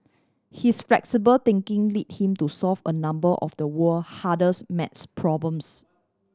his flexible thinking led him to solve a number of the world hardest maths problems